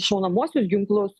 šaunamuosius ginklus